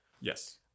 Yes